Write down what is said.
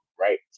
right